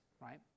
right